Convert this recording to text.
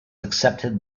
accepted